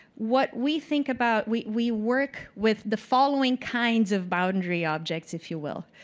what we think about, we we work with the following kinds of boundary objects, if you will.